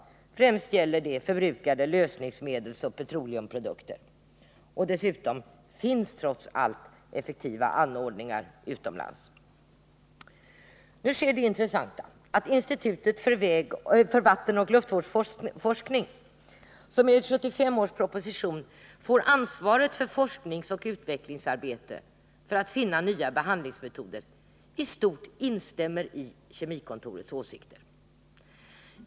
Främst gäller det förbrukade lösningsmedeloch petroleumprodukter. Dessutom finns trots allt effektiva anordningar utomlands. Nu sker det intressanta att institutet för vattenoch luftvårdsforskning, som enligt 1975 års proposition har ansvaret för forskningsoch utvecklingsarbete för att finna nya behandlingsmetoder, i stort sett instämmer i Kemikontorets åsikter.